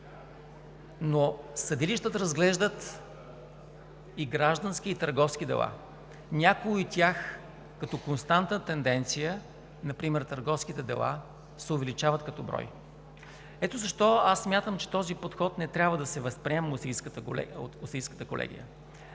но съдилищата разглеждат и граждански, и търговски дела, някои от тях като константна тенденция – например търговските дела, се увеличават като брой. Ето защо смятам, че този подход не трябва да се възприема от Софийската колегия.